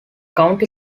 county